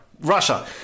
Russia